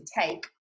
take